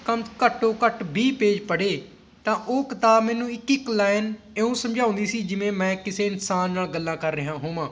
ਕਮ ਘੱਟੋ ਘੱਟ ਵੀਹ ਪੇਜ ਪੜ੍ਹੇ ਤਾਂ ਉਹ ਕਿਤਾਬ ਮੈਨੂੰ ਇੱਕ ਇੱਕ ਲਾਇਨ ਇਉਂ ਸਮਝਾਉਂਦੀ ਸੀ ਜਿਵੇਂ ਮੈਂ ਕਿਸੇ ਇਨਸਾਨ ਨਾਲ ਗੱਲਾਂ ਕਰ ਰਿਹਾ ਹੋਵਾਂ